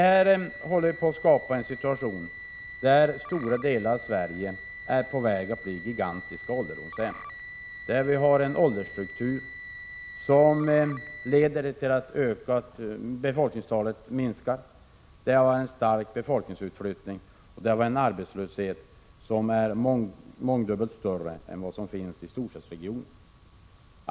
Detta håller på att skapa en situation där stora delar av Sverige är på väg att bli gigantiska ålderdomshem, där vi har en åldersstruktur som leder till att befolkningstalet minskar, till en stark befolkningsutflyttning och till en arbetslöshet som är mångdubbelt större än i storstadsregionerna.